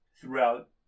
Throughout